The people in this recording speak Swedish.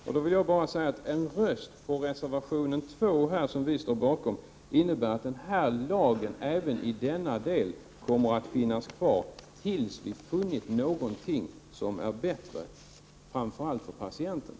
Men då vill jag bara säga: En röst på reservation 2, som vi står bakom, innebär att lagen även i denna del kommer att finnas kvar till dess att vi funnit något som är bättre — framför allt för patienterna.